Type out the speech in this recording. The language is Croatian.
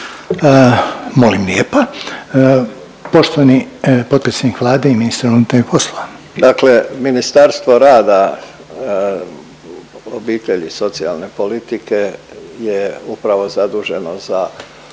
Molim lijepa. Poštovani potpredsjednik Vlade i ministar unutarnjih poslova. **Božinović, Davor (HDZ)** Dakle, Ministarstvo rada, obitelji i socijalne politike je upravo zaduženo za